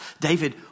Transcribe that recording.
David